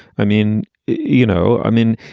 i mean, you know, i mean,